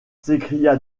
s’écria